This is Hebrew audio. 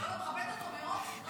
אני מכבדת אותו מאוד --- תקשיבי.